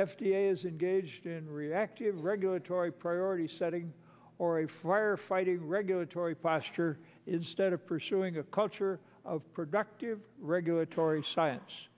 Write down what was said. a is engaged in reactive regulatory priority setting or a fire fighting regulatory posture is state of pursuing a culture of productive regulatory science